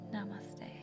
Namaste